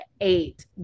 eight